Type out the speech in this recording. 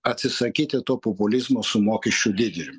atsisakyti to populizmo su mokesčių didinimu